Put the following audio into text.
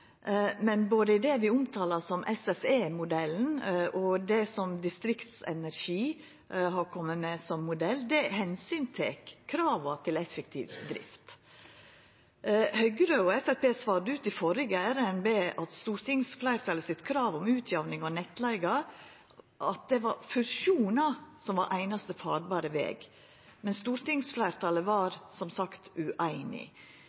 Men både det vi omtalar som SFE-modellen, og det som Distriktsenergi har kome med som modell, tek omsyn til krava til effektiv drift. Høgre og Framstegspartiet svara ut i førre ærend med at når det gjaldt kravet frå stortingsfleirtalet om utjamning av nettleiger, var fusjonar einaste farbare veg. Men stortingsfleirtalet